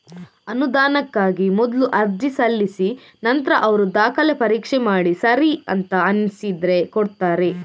ಅನುದಾನಕ್ಕಾಗಿ ಮೊದ್ಲು ಅರ್ಜಿ ಸಲ್ಲಿಸಿ ನಂತ್ರ ಅವ್ರು ದಾಖಲೆ ಪರೀಕ್ಷೆ ಮಾಡಿ ಸರಿ ಅಂತ ಅನ್ಸಿದ್ರೆ ಕೊಡ್ತಾರೆ